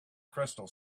crystal